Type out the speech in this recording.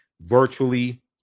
virtually